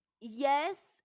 yes